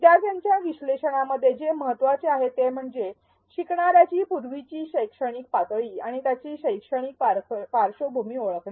विद्यार्थ्यांच्या विश्लेषणामध्ये जे महत्त्वाचे आहे ते म्हणजे शिकणाऱ्याची पूर्वीची शैक्षणिक पातळी आणि त्यांची शैक्षणिक पार्श्वभूमी ओळखणे